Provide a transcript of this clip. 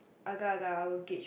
agak agak I will guage